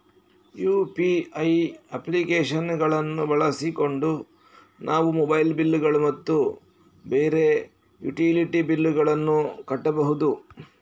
UPI application ಗಳನ್ನು ಬಳಸಿಕೊಂಡು ನಾವು ಮೊಬೈಲ್ ಬಿಲ್ ಗಳು ಮತ್ತು ಬೇರೆ ಯುಟಿಲಿಟಿ ಬಿಲ್ ಗಳನ್ನು ಕಟ್ಟಬಹುದು